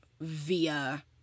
via